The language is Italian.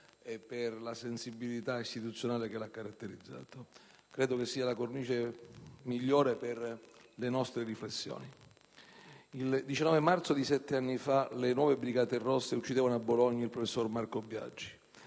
e per la sensibilità istituzionale che l'ha caratterizzato. Credo che esso sia la cornice migliore per le nostre riflessioni. II 19 marzo di sette anni fa le Nuove Brigate Rosse uccidevano a Bologna il professor Marco Biagi.